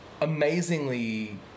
amazingly